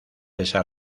esa